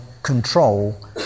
control